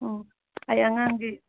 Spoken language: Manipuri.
ꯑꯣ ꯑꯩ ꯑꯉꯥꯡꯒꯤ